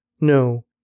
No